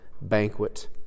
banquet